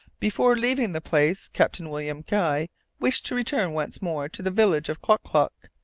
before leaving the place, captain william guy wished to return once more to the village of klock-klock,